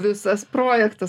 visas projektas